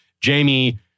Jamie